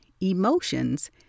emotions